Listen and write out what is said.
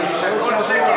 אברהים צרצור.